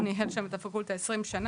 הוא ניהל שם את הפקולטה 20 שנה,